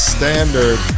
Standard